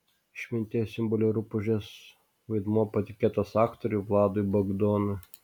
išminties simbolio rupūžės vaidmuo patikėtas aktoriui vladui bagdonui